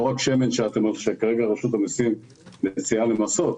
לא רק שמן שרשות המסים מציעה עכשיו למסות,